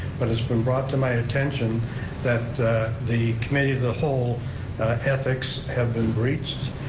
but it's been brought to my attention that the committee of the whole ethics have been breached,